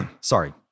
Sorry